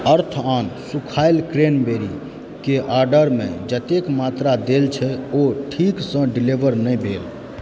अर्थ ऑन सूखाएल क्रैनबेरीके ऑर्डरमे जतेक मात्रा देल छै ओ ठीकसँ डिलीवर नहि भेल